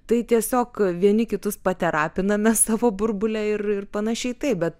tai tiesiog vieni kitus paterapiname savo burbule ir ir panašiai taip bet